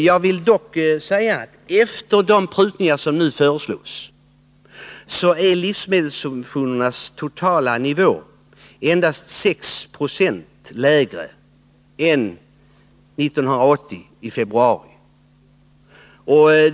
Jag vill dock säga att livsmedelssubventionernas totala nivå, efter de prutningar som nu föreslås, endast är 6 96 lägre än den var i februari 1980.